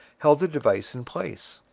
held the device in place.